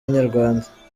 inyarwanda